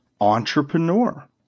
entrepreneur